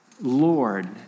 Lord